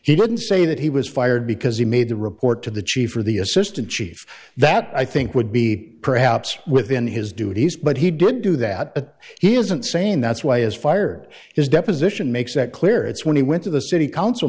he didn't say that he was fired because he made the report to the chief or the assistant chief that i think would be perhaps within his duties but he did do that but he isn't saying that's why is fired his deposition makes that clear it's when he went to the city council